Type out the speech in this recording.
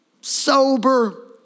sober